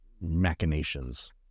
machinations